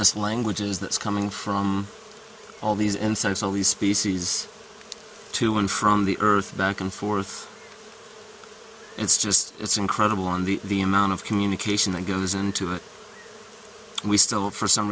this language is that's coming from all these insights all these species to and from the earth back and forth it's just it's incredible on the amount of communication that goes into it we still for some